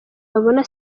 babona